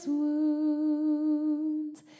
wounds